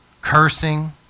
cursing